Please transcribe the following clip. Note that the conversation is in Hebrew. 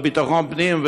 השר לביטחון הפנים,